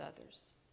others